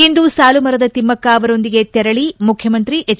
ಇಂದು ಸಾಲುಮರದ ತಿಮ್ನ್ಹ ಅವರೊಂದಿಗೆ ತೆರಳ ಮುಖ್ಯಮಂತ್ರಿ ಎಚ್